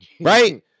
right